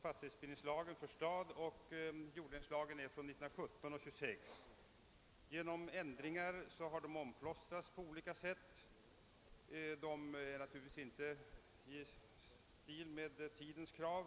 fastighetsbildningslagen för stad och jorddelningslagen fastställdes 1917 respektive 1926. De har sedan ändrats på olika sätt och är naturligtvis inte i stil med tidens krav.